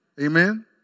Amen